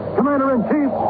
Commander-in-Chief